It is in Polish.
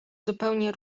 zupełnie